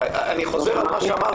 אני חוזר על מה שאמרתי.